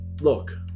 look